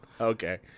Okay